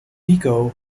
nico